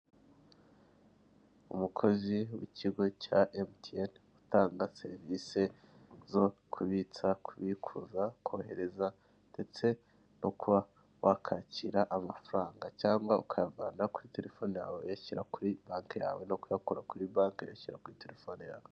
Umukozi w'ikigo cya emutiyeni, utanga serivise zo kubitsa, kubikuza, kohereza, ndetse no kuba wakakira amafaranga, cyangwa ukayavana kuri telefone yawe, uyashyira kuri banke yawe. No kuyakura kuri banke, uyashyira kuri telefone yawe.